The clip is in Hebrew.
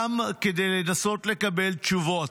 גם כדי לנסות לקבל תשובות,